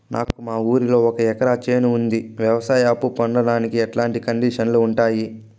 నాకు మా ఊరిలో ఒక ఎకరా చేను ఉంది, వ్యవసాయ అప్ఫు పొందడానికి ఎట్లాంటి కండిషన్లు ఉంటాయి?